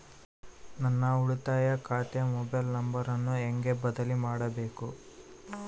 ನನ್ನ ಉಳಿತಾಯ ಖಾತೆ ಮೊಬೈಲ್ ನಂಬರನ್ನು ಹೆಂಗ ಬದಲಿ ಮಾಡಬೇಕು?